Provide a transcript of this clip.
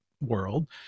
world